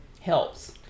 helps